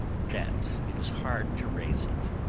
that it is hard to raise it.